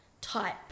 type